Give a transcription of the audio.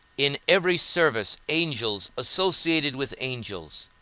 in every service angels associated with angels.